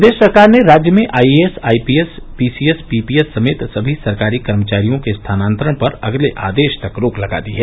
प्रदेश सरकार ने राज्य में आईएएस आईपीएस पीसीएस पीपीएस समेत सभी सरकारी कर्मचारियों के स्थानान्तरण पर अगले आदेश तक रोक लगा दी है